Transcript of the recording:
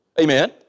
Amen